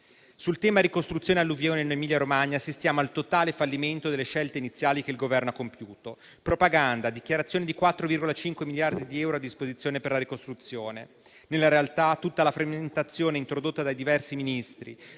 Sul tema ricostruzione *post* alluvione in Emilia-Romagna, assistiamo al totale fallimento delle scelte iniziali che il Governo ha compiuto: propaganda, dichiarazioni di 4,5 miliardi di euro a disposizione per la ricostruzione. Nella realtà, tutta la frammentazione introdotta dai diversi Ministri